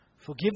Forgive